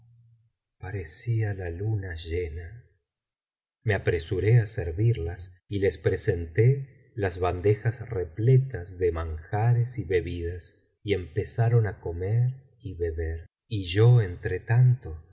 parecía la luna llena me apresuré á servirlas y les presenté las bandejas repletas de manjares y bebidas y empezaron á comer y beber y yo entretanto